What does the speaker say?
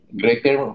greater